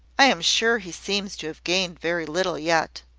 i am sure he seems to have gained very little yet.